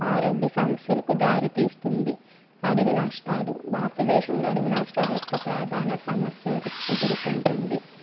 ఆరోగ్య సమస్యలకు దారితీస్తుంది అడవి నష్టాలు భారతదేశంలో అడివి నష్టాలు యొక్క ప్రధాన సమస్య ఎదుర్కొంటుంది